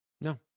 No